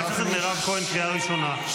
--- חברת הכנסת מירב כהן, קריאה ראשונה.